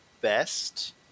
best